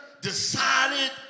decided